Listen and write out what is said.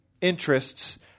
interests